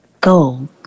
Gold